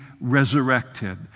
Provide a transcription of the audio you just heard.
resurrected